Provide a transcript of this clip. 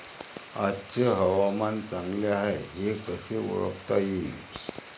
आजचे हवामान चांगले हाये हे कसे ओळखता येईन?